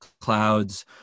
clouds